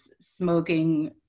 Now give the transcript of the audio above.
smoking